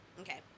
Okay